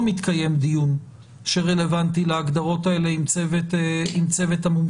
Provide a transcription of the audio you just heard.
יתקיים דיון שרלוונטי להגדרות האלה עם צוות המומחים,